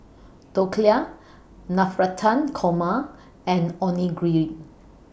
Dhokla Navratan Korma and Onigiri